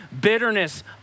bitterness